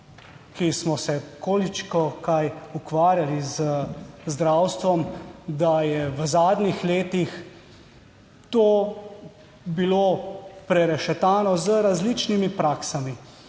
ki smo se koliko kaj ukvarjali z zdravstvom, da je v zadnjih letih to bilo prerešetano z različnimi praksami